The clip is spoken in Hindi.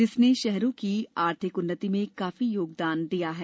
जिसने शहरों की आर्थिक उन्नति में काफी योगदान दिया है